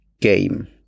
game